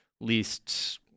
least